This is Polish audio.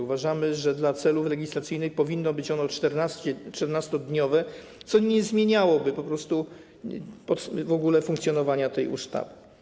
Uważamy, że dla celów legislacyjnych powinno być ono 14-dniowe, co nie zmieniałoby po prostu w ogóle funkcjonowania tej ustawy.